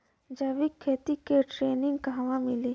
जैविक खेती के ट्रेनिग कहवा मिली?